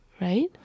right